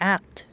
Act